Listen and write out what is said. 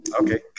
Okay